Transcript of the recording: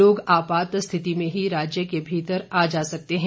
लोग आपात स्थिति में ही राज्य के भीतर आ जा सकते हैं